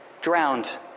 drowned